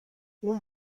اون